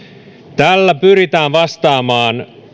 tällä pyritään vastaamaan